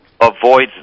avoids